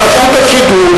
את רשות השידור,